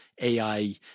AI